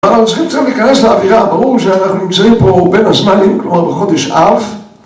אנחנו צריכים קצת להיכנס לאווירה, ברור שאנחנו נמצאים פה בין הזמנים, כלומר בחודש אב